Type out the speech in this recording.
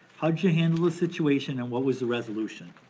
how'd you handle the situation and what was the resolution?